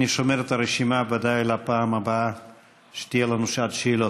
אני שומר את הרשימה לפעם הבאה שתהיה לנו שעת שאלות.